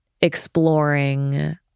exploring